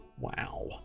Wow